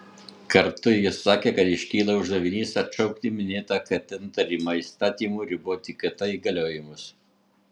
kartu jis sakė kad iškyla uždavinys atšaukti minėtą kt nutarimą įstatymu riboti kt įgaliojimus